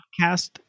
podcast